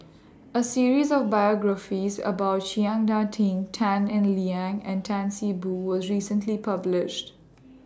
A series of biographies about Chiang Ding Tan Eng Liang and Tan See Boo was recently published